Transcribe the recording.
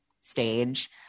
stage